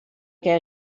què